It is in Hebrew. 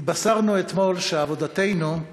התבשרנו אתמול שעבודתנו,